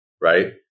right